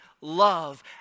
love